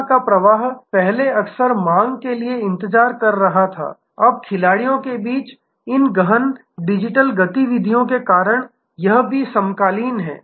सेवा का प्रवाह पहले अक्सर मांग के लिए इंतजार कर रहा था अब खिलाड़ियों के बीच इन गहन डिजिटल गतिविधि के कारण यह भी समकालीन है